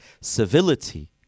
civility